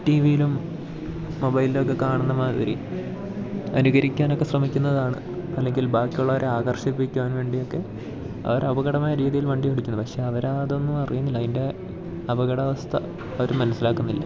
tea വിയിലും മൊബൈലിലൊക്കെ കാണുന്ന മാതിരി അനുകരിക്കാനൊക്കെ ശ്രമിക്കുന്നതാണ് അല്ലെങ്കിൽ ബാക്കിയുള്ളവരെ ആകർഷിപ്പിക്കുവാൻ വേണ്ടിയൊക്കെ അവർ അപകടമായ രീതിയിൽ വണ്ടി ഓടിക്കുന്നത് പക്ഷേ അവരതൊന്നും അറിയുന്നില്ല അതിൻ്റെ അപകടാവസ്ഥ അവർ മനസ്സിലാക്കുന്നില്ല